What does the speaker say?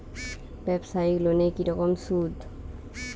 ব্যবসায়িক লোনে কি রকম সুদ?